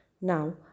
Now